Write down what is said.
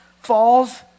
falls